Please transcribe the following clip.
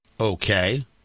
okay